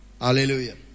Hallelujah